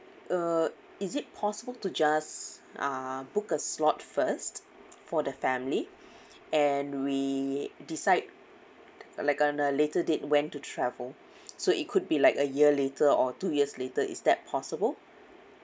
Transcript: uh is it possible to just uh book a slot first for the family and we decide like on a later date when to travel so it could be like a year later or two years later is that possible